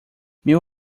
meu